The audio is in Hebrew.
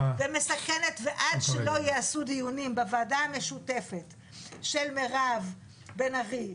בזמנו: עכשיו אין לנו מספיק כוח לבצע ג'יהאד צבאי,